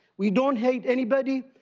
we don't hate anybody,